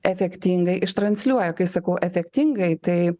efektingai ištransliuoja kai sakau efektingai tai